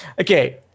Okay